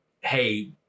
hey